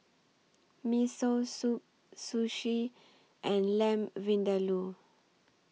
Miso Soup Sushi and Lamb Vindaloo